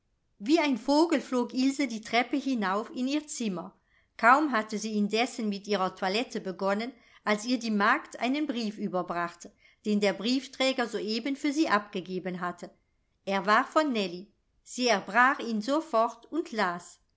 wie ein vogel flog ilse die treppe hinauf in ihr zimmer kaum hatte sie indessen mit ihrer toilette begonnen als ihr die magd einen brief überbrachte den der briefträger soeben für sie abgegeben hatte er war von nellie sie erbrach ihn sofort und las